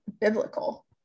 biblical